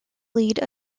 lead